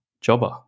Jobber